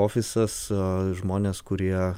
ofisas žmonės kurie